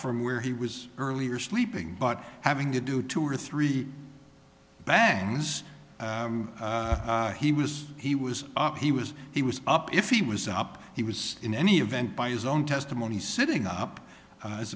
from where he was earlier sleeping but having to do two or three bangs he was he was up he was he was up if he was up he was in any event by his own testimony sitting up as